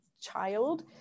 child